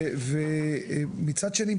ומצד שני,